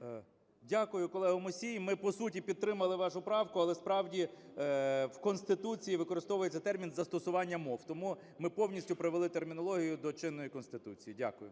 13:11:04 КНЯЖИЦЬКИЙ М.Л. Дякую, колега Мусій. Ми по суті підтримали вашу правку, але справді в Конституції використовується термін "застосування мов", тому ми повністю привели термінологію до чинної Конституції. Дякую.